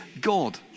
God